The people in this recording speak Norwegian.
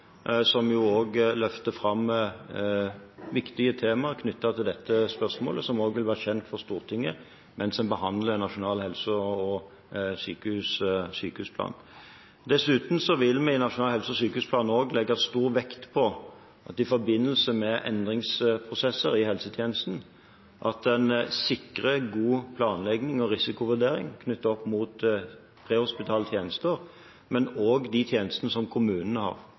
som jo også løfter fram viktige temaer knyttet til dette spørsmålet, som også vil være kjent for Stortinget mens en behandler Nasjonal helse- og sykehusplan. Dessuten vil vi i Nasjonal helse- og sykehusplan legge stor vekt på at en i forbindelse med endringsprosesser i helsetjenesten sikrer god planlegging og risikovurdering knyttet opp mot prehospitale tjenester, men også de tjenestene som kommunene har.